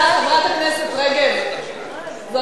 חברת הכנסת רגב, את